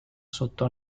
sotto